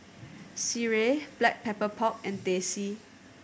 sireh Black Pepper Pork and Teh C